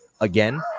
again